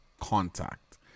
contact